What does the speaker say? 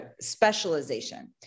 specialization